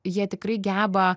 jie tikrai geba